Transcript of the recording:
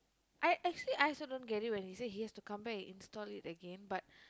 I actually I also don't get it when he say he has to come back and install it again but